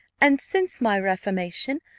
and, since my reformation,